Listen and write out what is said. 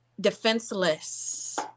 defenseless